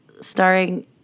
starring